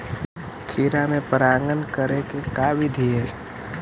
खिरा मे परागण करे के का बिधि है?